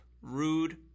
Rude